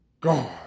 God